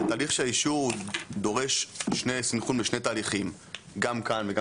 תהליך של האישור דורש סינכרון משני תהליכים גם כאן וגם